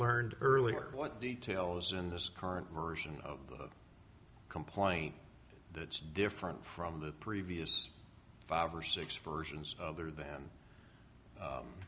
learned earlier what details in this current version of complaint that's different from the previous five or six versions of other than